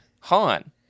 Han